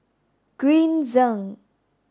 Green Zeng